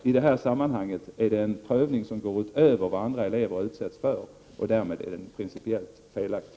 I detta sammanhang är det en prövning som går utöver vad andra elever utsätts för, och därmed är den principiellt felaktig.